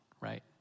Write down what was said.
right